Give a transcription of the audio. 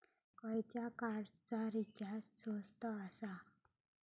खयच्या कार्डचा रिचार्ज स्वस्त आसा?